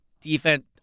Defense